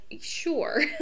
sure